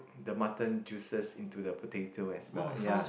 the mutton juices into the potato as well ya